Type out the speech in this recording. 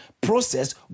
process